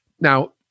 Now